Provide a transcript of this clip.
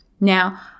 Now